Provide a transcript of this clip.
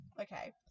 Okay